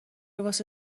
واسه